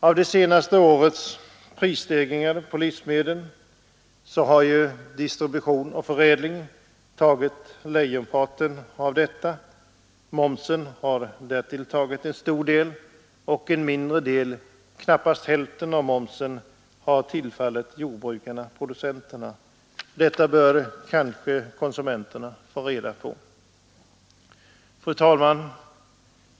Av de senaste årens höjning av priserna på livsmedel, 3 miljarder, har distribution och förädling tagit lejonparten. Dessutom har momsen tagit 1,1 miljard. En mindre del — knappt hälften — av momsen eller 400 miljoner har tillfallit jordbrukarna-producenterna. Detta bör kanske konsumenterna få reda på. Fru talman!